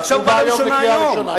הוא בא היום לקריאה ראשונה.